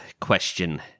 question